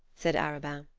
said arobin.